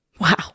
Wow